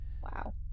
Wow